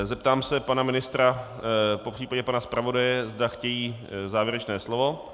Zeptám se pana ministra, popřípadě pana zpravodaje, zda chtějí závěrečné slovo.